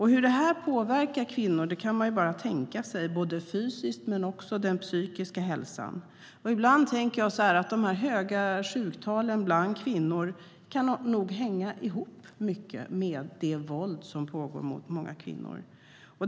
Hur detta påverkar kvinnor, både fysiskt och psykiskt, kan man bara tänka sig. Ibland tänker jag att de höga sjuktalen bland kvinnor nog hänger mycket ihop med det våld som pågår mot många av dem.